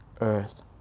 earth